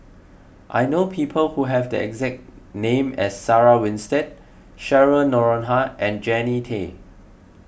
I know people who have the exact name as Sarah Winstedt Cheryl Noronha and Jannie Tay